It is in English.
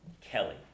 Kelly